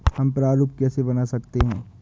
हम प्रारूप कैसे बना सकते हैं?